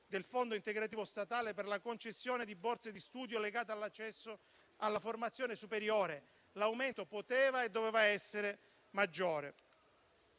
del fondo integrativo statale per la concessione di borse di studio legate all'accesso alla formazione superiore. L'aumento poteva e doveva essere maggiore.